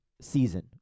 season